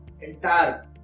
entire